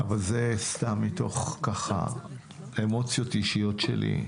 זה סתם מתוך אמוציות אישיות שלי.